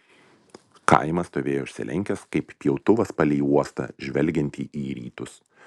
kaimas stovėjo išsilenkęs kaip pjautuvas palei uostą žvelgiantį į rytus